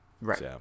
Right